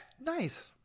Nice